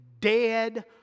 dead